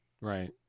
Right